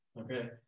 Okay